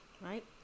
right